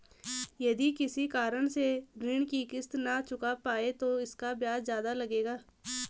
यदि किसी कारण से ऋण की किश्त न चुका पाये तो इसका ब्याज ज़्यादा लगेगा?